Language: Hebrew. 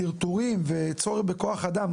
טרטורים וצורך בכוח אדם,